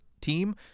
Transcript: team